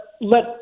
let